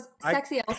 sexy